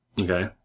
Okay